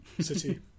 City